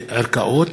לערכאות,